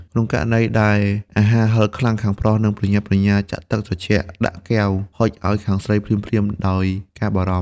ក្នុងករណីដែលអាហារហឹរខ្លាំង ខាងប្រុសនឹងប្រញាប់ប្រញាល់ចាក់ទឹកត្រជាក់ដាក់កែវហុចឱ្យខាងស្រីភ្លាមៗដោយការបារម្ភ។